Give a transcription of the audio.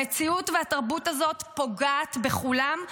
המציאות והתרבות האלה פוגעת בכולם,